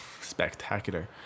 spectacular